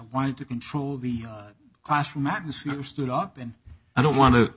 wanted to control the classroom atmosphere stood up and i don't want to